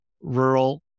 rural